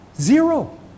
Zero